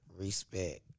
respect